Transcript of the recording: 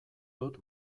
dut